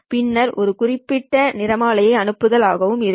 பின்னர் இது ஒரு குறிப்பிட்ட நிறமாலையை அனுப்புதல் ஆகவும் இருக்கும்